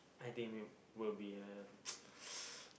I think will will be a